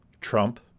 Trump